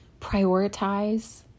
prioritize